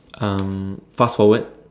um fast forward